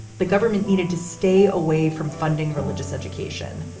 the government needed to stay away from funding religious education.